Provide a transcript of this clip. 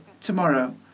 tomorrow